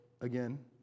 again